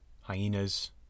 hyenas